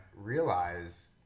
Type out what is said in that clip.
realize